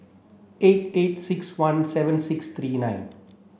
eight eight six one seven six three nine